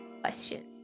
question